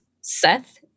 Seth